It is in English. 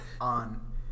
on